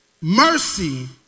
mercy